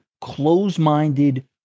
close-minded